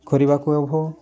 କରିବାକୁ ହେବ